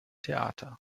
theater